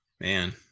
Man